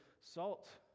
salt